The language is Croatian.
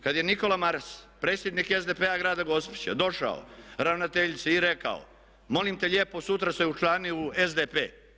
Kad je Nikola Maras, predsjednik SDP-a grada Gospića došao ravnateljici i rekao molim te lijepo sutra se učlani u SDP.